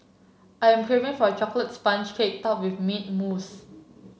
I am craving for a chocolate sponge cake top with mint mousse